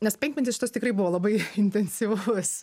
nes penkmetis šitas tikrai buvo labai intensyvus